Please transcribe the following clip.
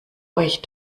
euch